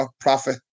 profit